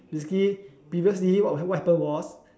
basically previously what happened was